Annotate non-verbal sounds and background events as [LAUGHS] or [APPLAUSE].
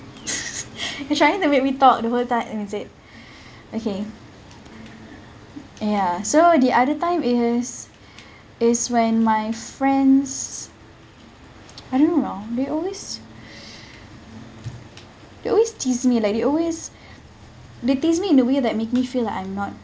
[LAUGHS] you're trying to make me talk the whole time is it okay ya so the other time is is when my friends I don't know they always they always tease me like they always they tease me in a way that make me feel like I'm not